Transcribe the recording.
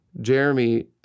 Jeremy